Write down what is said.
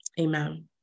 amen